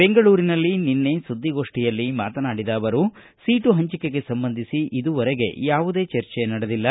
ಬೆಂಗಳೂರಿನಲ್ಲಿ ನಿನ್ನೆ ಸುದ್ವಿಗೋಷ್ಠಿಯಲ್ಲಿ ಮಾತನಾಡಿದ ಅವರು ಸೀಟು ಹಂಚಿಕೆಗೆ ಸಂಬಂಧಿಸಿ ಇದುವರೆಗೆ ಯಾವುದೇ ಚರ್ಚೆ ನಡೆದಿಲ್ಲ